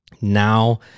now